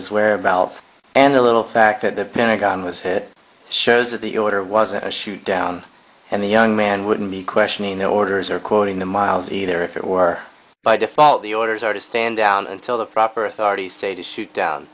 his whereabouts and a little fact that the pentagon was hit shows that the order was a shoot down and the young man wouldn't be questioning their orders or quoting the miles either if it were by default the orders are to stand down until the proper authorities say to shoot down